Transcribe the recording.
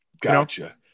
Gotcha